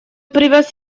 привез